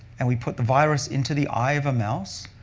and we put the virus into the eye of a mouse.